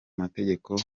amategeko